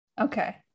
okay